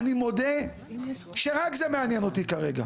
אני מודה שרק זה מעניין אותי כרגע.